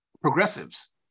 progressives